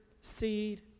seed